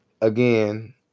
again